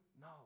No